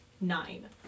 Nine